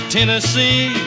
Tennessee